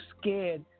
scared